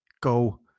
go